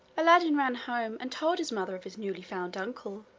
aladdin ran home and told his mother of his newly found uncle.